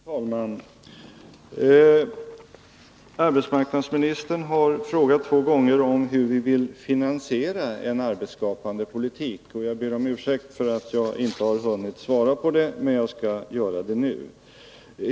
Fru talman! Arbetsmarknadsministern har frågat två gånger hur vi vill finansiera en arbetsskapande politik. Jag ber om ursäkt för att jag inte har hunnit svara på den frågan, men jag skall göra det nu.